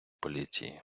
поліції